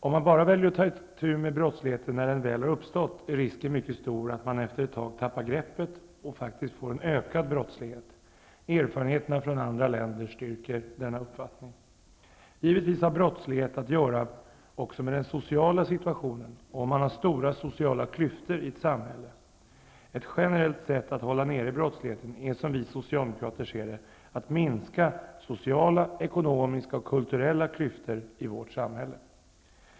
Om man bara väljer att ta itu med brottsligheten när den väl har uppstått är risken mycket stor att man efter ett tag tappar greppet och faktiskt får en ökad brottslighet. Erfarenheterna från andra länder styrker denna uppfattning. Givetvis har brottslighet att göra också med den sociala situationen och med de sociala klyftor som kan finnas i ett samhälle. Ett generellt sätt att hålla nere brottsligheten är, som vi socialdemokrater ser det, att minska sociala, ekonomiska och kulturella klyftor i vårt samhälle.